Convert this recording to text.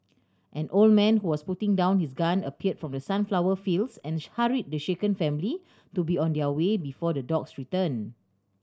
an old man who was putting down his gun appeared from the sunflower fields and hurried the shaken family to be on their way before the dogs return